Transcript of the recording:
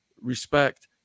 respect